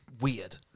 weird